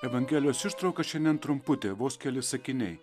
evangelijos ištrauka šiandien trumputė vos keli sakiniai